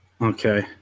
Okay